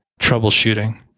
troubleshooting